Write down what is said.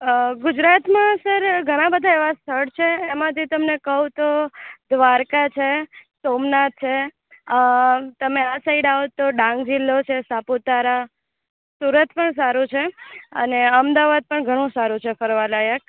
ગુજરાતમાં સર ધણાં બધા એવાં સ્થળ છે એમાંથી તમને કહું તો દ્વારકા છે સોમનાથ છે તમે આ સાઈડ આવો તો ડાંગ જિલ્લો છે સાપુતારા સુરત પણ સારું છે અને અમદાવાદ પણ ઘણું સારું છે ફરવાલાયક